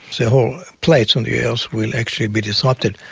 so whole plates on the earth will actually be disrupted.